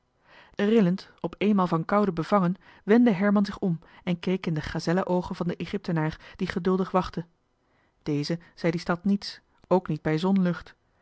rillend op eenmaal van koude bevangen wendde herman zich om en keek in de gazellenoogen van den egyptenaar die geduldig wachtte dezen zei die stad niets ook niet bij zonlucht